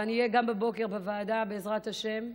ואני אהיה גם בבוקר בוועדה, בעזרת השם.